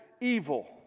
evil